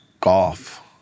golf